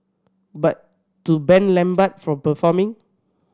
but to ban Lambert from performing